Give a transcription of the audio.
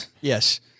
Yes